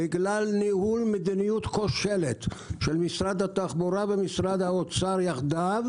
בגלל ניהול מדיניות כושלת של משרד התחבורה ומשרד האוצר יחדיו